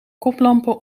koplampen